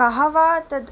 कः वा तत्